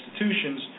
institutions